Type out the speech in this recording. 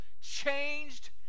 changed